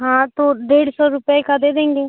हाँ तो डेढ़ सौ रुपये का दे देंगे